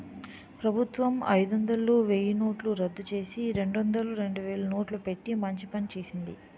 ప్రభుత్వం అయిదొందలు, వెయ్యినోట్లు రద్దుచేసి, రెండొందలు, రెండువేలు నోట్లు పెట్టి మంచి పని చేసింది